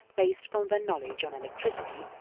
based upon their knowledge on electricity,